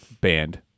band